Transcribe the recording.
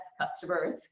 customers